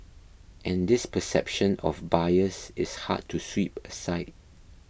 and this perception of bias is hard to sweep aside